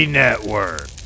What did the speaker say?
network